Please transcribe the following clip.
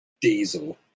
diesel